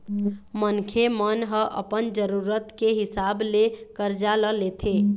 मनखे मन ह अपन जरुरत के हिसाब ले करजा ल लेथे